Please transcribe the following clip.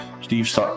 Steve